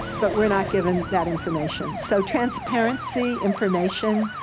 but we're not given that information, so transparency information,